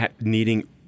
needing